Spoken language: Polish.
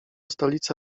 stolicy